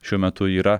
šiuo metu yra